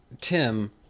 tim